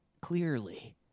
clearly